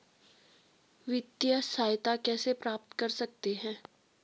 वित्तिय सहायता कैसे प्राप्त कर सकते हैं?